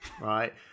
right